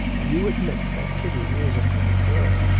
you admit that kitty is a pretty girl.